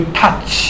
touch